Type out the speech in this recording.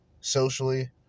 socially